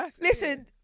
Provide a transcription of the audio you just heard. listen